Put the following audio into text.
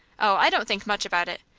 i don't think much about it.